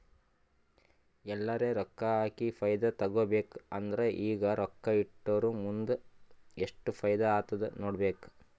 ಎಲ್ಲರೆ ರೊಕ್ಕಾ ಹಾಕಿ ಫೈದಾ ತೆಕ್ಕೋಬೇಕ್ ಅಂದುರ್ ಈಗ ರೊಕ್ಕಾ ಇಟ್ಟುರ್ ಮುಂದ್ ಎಸ್ಟ್ ಫೈದಾ ಆತ್ತುದ್ ನೋಡ್ಬೇಕ್